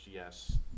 Yes